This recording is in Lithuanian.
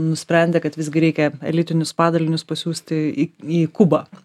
nusprendė kad visgi reikia elitinius padalinius pasiųsti į į kubą